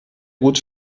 gut